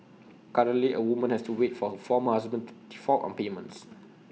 currently A woman has to wait for her former husband to default on payments